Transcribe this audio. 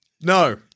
No